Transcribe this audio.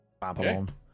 Babylon